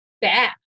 bad